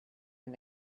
and